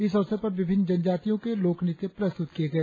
इस अवसर पर विभिन्न जनजातियों के लोक नृत्य प्रस्तुत किए गए